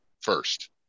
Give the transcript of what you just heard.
first